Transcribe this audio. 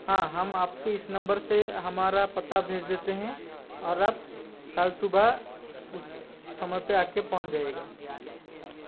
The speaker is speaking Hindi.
हाँ हम आपके इस नंबर से हमारा पता भेज देते हैं और आप कल सुबह उस समय पे आ के पहुँच जाइयेगा